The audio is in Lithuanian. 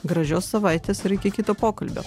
gražios savaitės iki kito pokalbio